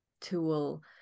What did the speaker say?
tool